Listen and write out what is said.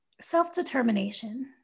Self-determination